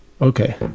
okay